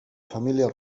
família